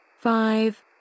Five